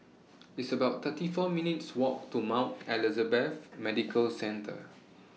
It's about thirty four minutes' Walk to Mount Elizabeth Medical Centre